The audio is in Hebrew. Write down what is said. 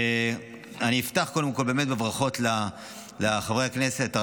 אני אפתח קודם כול באמת בברכות לחברי הכנסת,